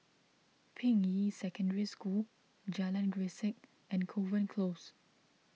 Ping Yi Secondary School Jalan Grisek and Kovan Close